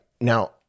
now